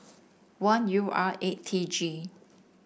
one U R eight T G